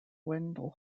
wendell